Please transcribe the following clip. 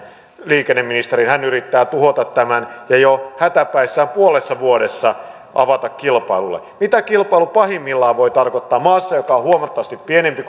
liikenneministerin hän yrittää tuhota tämän ja jo hätäpäissään puolessa vuodessa avata kilpailulle mitä kilpailu pahimmillaan voi tarkoittaa maassa joka on huomattavasti pienempi